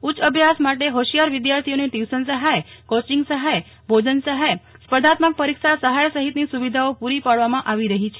ઉચ્ચ અભ્યાસ માટે હોશીયાર વિદ્યાર્થીઓને ટ્યુશન સહાય કોચીંગ સહાય ભોજન સહાય સ્પર્ધાત્મક પરીક્ષા સહાય સહિતની સુવિધાઓ પુરી પાડવામાં આવી રહી છે